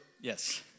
yes